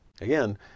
Again